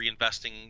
reinvesting